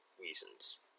reasons